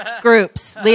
groups